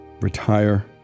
retire